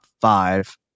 five